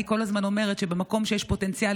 אני כל הזמן אומרת שבמקום שיש פוטנציאל